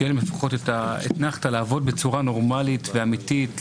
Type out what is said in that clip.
שתהיה האתנחתא לעבוד בצורה נורמלית ואמיתית,